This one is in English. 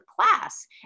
class